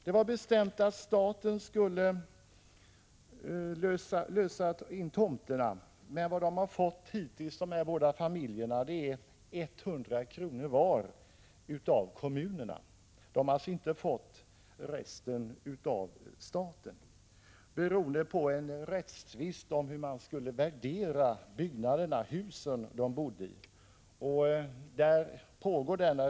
Det var bestämt att staten skulle lösa in tomterna. Men dessa båda familjer har hittills fått bara 100 kr. var av kommunerna. De har alltså inte fått resten av staten beroende på en rättstvist om hur man skall värdera boningshusen. Rättstvisten pågår.